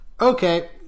okay